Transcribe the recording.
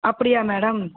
அப்படியா மேடம்